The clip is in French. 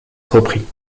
reprit